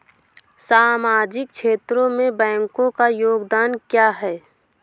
सामाजिक क्षेत्र में बैंकों का योगदान क्या है?